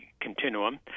continuum